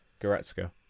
Goretzka